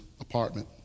apartment